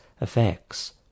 effects